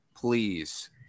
Please